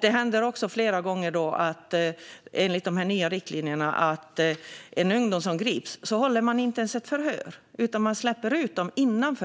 Det händer också flera gånger med dessa nya riktlinjer att man inte ens håller ett förhör med ungdomar som grips utan släpper ut dem